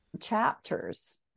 chapters